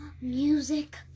music